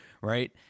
right